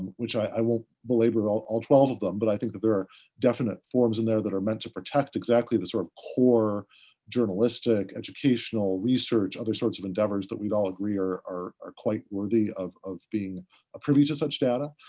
which i won't belabor all all twelve of them, but i think that there are definite forms in there that are meant to protect exactly the sort of core journalistic, educational, research, other sorts of endeavors that we'd all agree are are quite worthy of of being privy to such data.